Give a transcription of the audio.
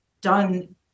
done